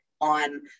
on